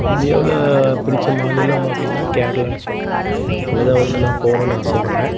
இந்தியாவில் பிடித்த மாநிலம் அப்படின்னா கேரளான்னு சொல்லலாம் அங்கே தான் வந்து நான் போகணுன்னு ஆசைப்பட்றேன்